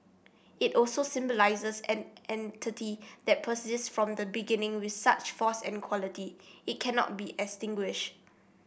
it also symbolises an entity that persists from the beginning with such force and quality it cannot be extinguished